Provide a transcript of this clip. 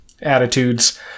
attitudes